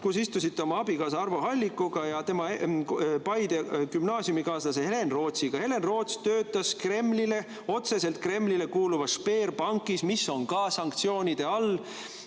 kus istusite oma abikaasa Arvo Halliku ja tema Paide Gümnaasiumi kaaslase Helen Rootsiga. Helen Roots töötas otseselt Kremlile kuuluvas Sberbankis, mis on ka sanktsioonide all,